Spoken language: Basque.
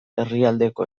herrialdeko